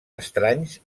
estranys